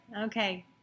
okay